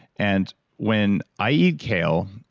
and when i eat kale,